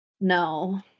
No